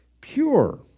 Pure